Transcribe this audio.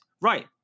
Right